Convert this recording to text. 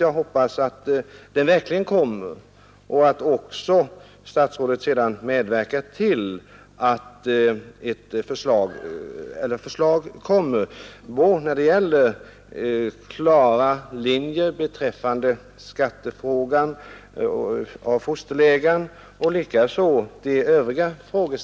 Jag hoppas att så verkligen blir fallet och att statsrådet sedan också medverkar till att förslag framläggs, så att vi får klara linjer för beskattningen av fosterlegan liksom även i de övriga frågor